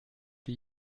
die